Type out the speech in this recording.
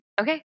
okay